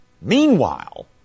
meanwhile